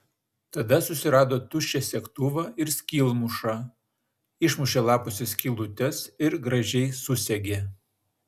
tada susirado tuščią segtuvą ir skylmušą išmušė lapuose skylutes ir gražiai susegė